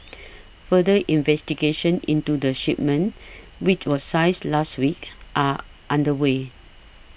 further investigations into the shipment which was seized last week are underway